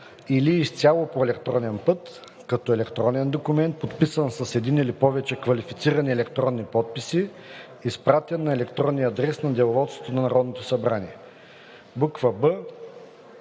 „или изцяло по електронен път, като електронен документ, подписан с един или повече квалифицирани електронни подписи, изпратен на електронния адрес на деловодството на Народното събрание“. 2.